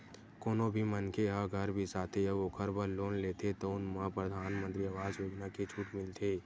कोनो भी मनखे ह घर बिसाथे अउ ओखर बर लोन लेथे तउन म परधानमंतरी आवास योजना के छूट मिलथे